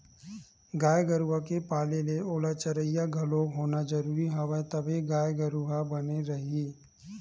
गाय गरुवा के पाले ले ओला चरइया घलोक होना जरुरी हवय तभे गाय गरु ह बने रइही